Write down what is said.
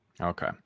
okay